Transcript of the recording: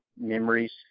memories